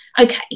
okay